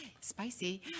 Spicy